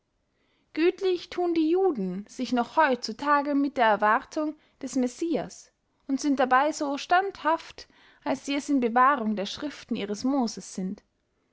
gütlich thun die jüden sich noch heut zu tage mit der erwartung des messias und sind dabey so standhaft als sie es in bewahrung der schriften ihres moses sind